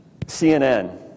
CNN